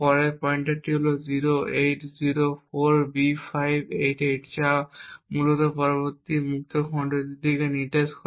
পরের পয়েন্টারটি হল 0804B588 যা মূলত পরবর্তী মুক্ত খণ্ডটির দিকে নির্দেশ করে